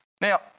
now